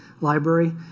library